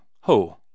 ho